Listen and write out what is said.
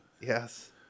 Yes